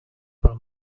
pel